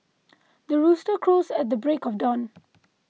the rooster crows at the break of dawn